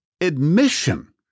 admission